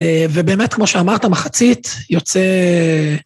ובאמת, כמו שאמרת, המחצית יוצא...